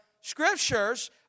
scriptures